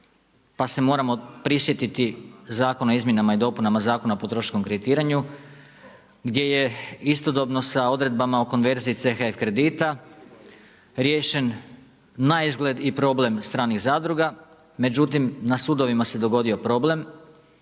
Pa se moramo prisjetiti Zakona o izmjenama i dopunama, Zakona o potrošačkom kreditiranju, gdje je istodobno sa odredbama o konverziji CHF kredita riješen naizgled i problem stranih zadruga. Međutim, na sudovima se dogodio problem,